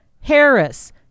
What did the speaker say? Harris